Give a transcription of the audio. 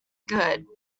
good